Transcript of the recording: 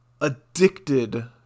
addicted